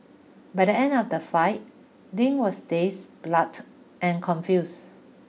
by the end of the fight Ding was dazed blood and confused